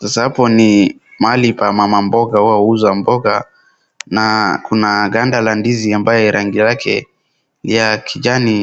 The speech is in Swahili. Sasa hapo ni mahali pa mama mboga wao huuza mboga na kuna ganda la ndizi ambaye rangi lake ya kijani